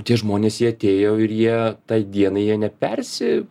tie žmonės jie atėjo ir jie tai dienai jie nepersi